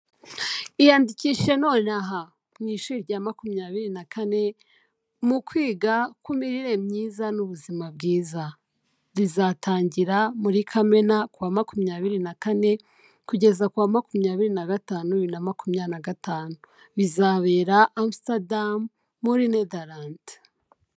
Iyandikishije none aha. Mu ishuri rya makumyabiri na kane, mu kwiga ku mirire myiza n'ubuzima bwiza. Rizatangira muri Kamena ku wa makumyabiri na kane kugeza ku wa makumyabiri na gatanu bibiri na makumyabiri na gatanu. Bizabera Amsterdam muri Netheland.